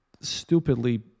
stupidly